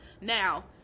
now